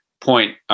point